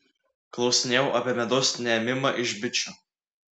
klausinėjau apie medaus neėmimą iš bičių